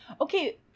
okay